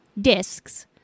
discs